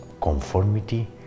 conformity